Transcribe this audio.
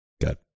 got